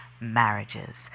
marriages